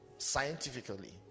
Scientifically